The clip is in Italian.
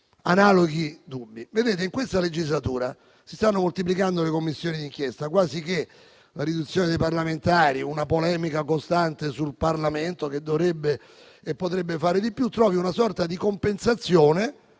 analoghi dubbi. In questa legislatura si stanno moltiplicando le Commissioni d'inchiesta, quasi che la riduzione dei parlamentari, una polemica costante sul Parlamento che dovrebbe e potrebbe fare di più, rispetto anche